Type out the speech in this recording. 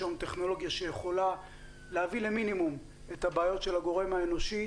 יש היום טכנולוגיה שיכולה להביא למינימום את הבעיות של הגורם האנושי,